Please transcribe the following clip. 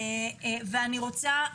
ואני רוצה,